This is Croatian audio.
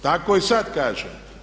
Tako i sada kaže.